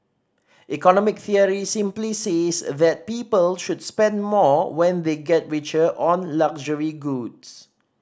economic theory simply says that people should spend more when they get richer on luxury goods